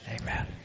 Amen